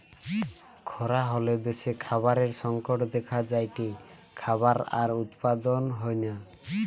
খরা হলে দ্যাশে খাবারের সংকট দেখা যায়টে, খাবার আর উৎপাদন হয়না